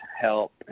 help